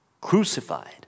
crucified